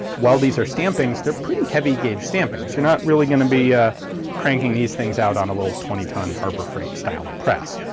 while these are stampings. they're pretty heavy-gauge stampings. you're not really gonna be cranking these things out on a little twenty ton harbor freight style of press.